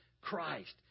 Christ